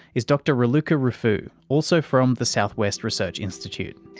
is dr raluca rufu, also from the southwest research institute.